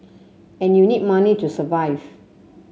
and you need money to survive